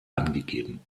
angegeben